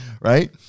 Right